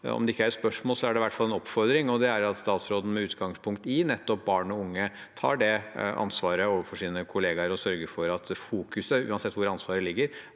er det i hvert fall en oppfordring. Det er at statsråden, med utgangspunkt i nettopp barn og unge, tar det ansvaret overfor sine kollegaer og sørger for at fokuset, uansett hvor ansvaret ligger,